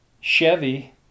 Chevy